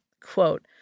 quote